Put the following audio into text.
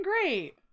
great